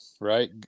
right